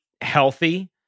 healthy